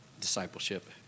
discipleship